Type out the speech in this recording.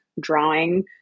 drawing